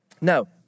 No